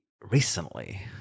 recently